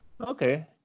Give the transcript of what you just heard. okay